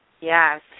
Yes